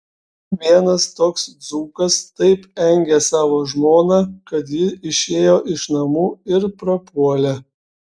vienas toks dzūkas taip engė savo žmoną kad ji išėjo iš namų ir prapuolė